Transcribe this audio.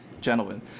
gentlemen